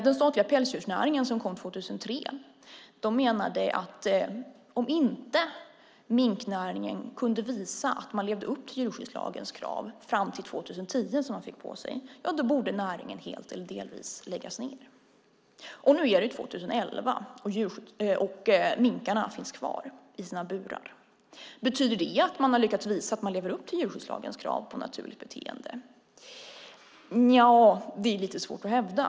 Den statliga Pälsdjursnäringsutredningen från 2003 menade att om inte minknäringen kunde visa att man levde upp till djurskyddslagens krav 2010 borde näringen helt eller delvis läggas ned. Nu är det redan 2011, och minkarna finns kvar i sina burar. Betyder det att man har lyckats visa att man lever upp till djurskyddslagens krav på naturligt beteende? Nja, det är lite svårt att hävda.